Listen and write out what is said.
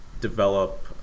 develop